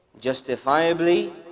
justifiably